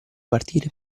partire